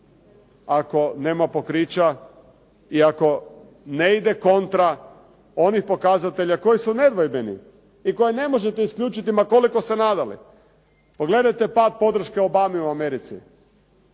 ako nema pokrića i ako ne ide kontra onih pokazatelja koji su nedvojbeni i koje ne možete isključiti ma koliko se nadali. Pogledajte pad podrške Obami u Americi.